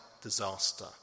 disaster